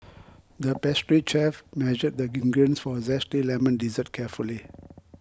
the pastry chef measured the ingredients for a Zesty Lemon Dessert carefully